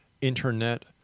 Internet